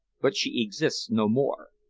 but she exists no more.